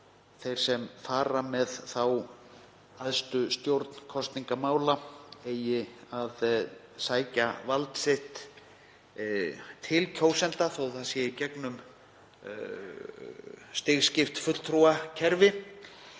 þeir sem fara með æðstu stjórn kosningamála eiga að sækja vald sitt til kjósenda þó að það sé í gegnum stigskipt fulltrúakerfi.